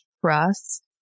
trust